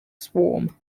swarm